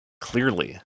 Clearly